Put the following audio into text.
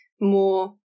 more